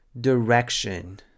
direction